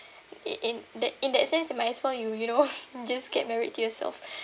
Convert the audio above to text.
in in that in that sense you might as well you you know just get married to yourself